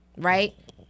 Right